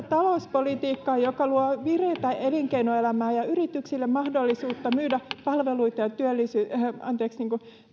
talouspolitiikkaa joka luo vireätä elinkeinoelämää ja yrityksille mahdollisuutta myydä palveluita ja